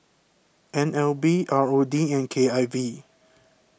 N L B R O D and K I V